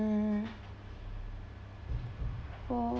mm oh